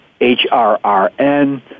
HRRN